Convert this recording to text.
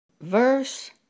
Verse